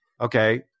okay